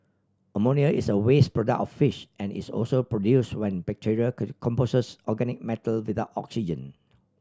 ammonia is a waste product of fish and is also produced when bacteria composes organic matter without oxygen